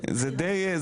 זה דיי,